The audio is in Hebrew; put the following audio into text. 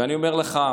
ואני אומר לך,